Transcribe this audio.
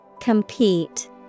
Compete